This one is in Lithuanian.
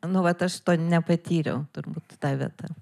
nu vat aš to nepatyriau turbūt ta vieta